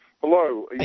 Hello